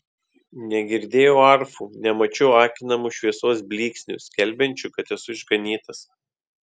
negirdėjau arfų nemačiau akinamų šviesos blyksnių skelbiančių kad esu išganytas